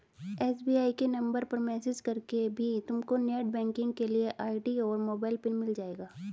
SBI के number पर message करके भी तुमको नेटबैंकिंग के लिए आई.डी और मोबाइल पिन मिल जाएगा